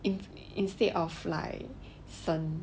in instead of like 省